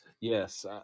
Yes